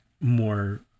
more